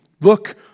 Look